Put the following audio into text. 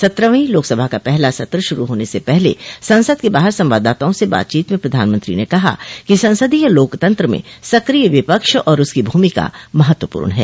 सत्रहवीं लोकसभा का पहला सत्र शुरू होने से पहले संसद के बाहर संवाददाताओं से बातचीत में प्रधानमंत्री ने कहा कि संसदीय लोकतंत्र में सक्रिय विपक्ष और उसकी भूमिका महत्वपूर्ण है